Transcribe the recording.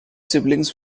siblings